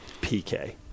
PK